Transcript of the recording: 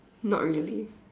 not really